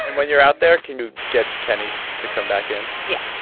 and when you're out there, can you get kenny to come back in? yeah